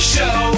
Show